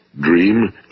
Dream